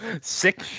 sick